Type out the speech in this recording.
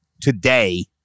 today